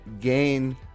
gain